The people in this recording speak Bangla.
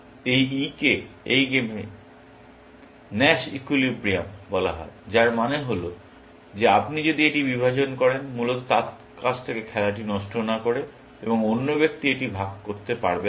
এই E কে এই গেমে ন্যাশ ইকুইলিব্রিয়াম বলা হয় যার মানে হল যে আপনি যদি এটি থেকে বিভাজন করেন মূলত তার কাছ থেকে খেলাটি নষ্ট না করে বরং অন্য ব্যক্তি এটি থেকে ভাগ করতে পারবেন না